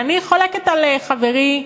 ואני חולקת על חברי,